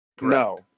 No